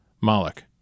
Moloch